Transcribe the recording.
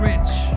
rich